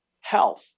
health